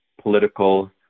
political